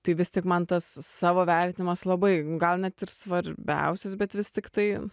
tai vis tik man tas savo vertinimas labai gal net ir svarbiausias bet vis tiktai